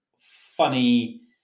funny